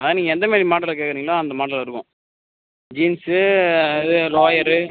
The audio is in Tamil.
ஆ நீங்கள் எந்த மாதிரி மாடலில் கேட்கறீங்களோ அந்த மாடலில் இருக்கும் ஜீன்ஸ் இது லோயர்